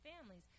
families